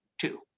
two